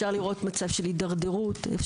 מצב של הידרדרות,